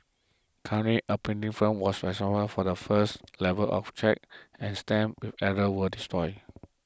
currently a printing firms was for the first level of checks and stamps with errors destroyed